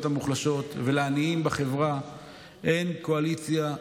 המוחלשות ולעניים בחברה אין קואליציה,